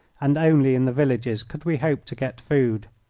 and only in the villages could we hope to get food.